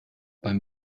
beim